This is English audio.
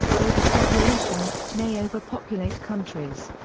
overpopulation may overpopulate countries.